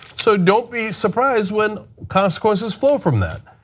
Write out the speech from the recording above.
so don't be surprised when consequences fall from that.